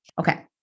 Okay